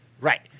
Right